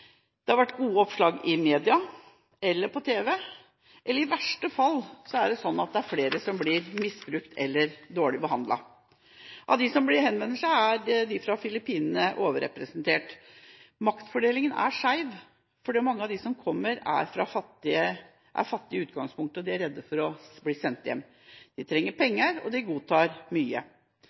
det har vært gode oppslag i media, på tv – eller i verste fall er det flere som blir misbrukt, eller dårlig behandlet. Av dem som henvender seg, er de fra Filippinene overrepresentert. Maktfordelingen er skjev, fordi mange av dem som kommer, er fattige i utgangspunktet, og de er redde for å bli sendt hjem. De trenger penger, og de godtar mye.